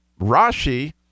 Rashi